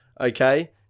okay